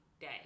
day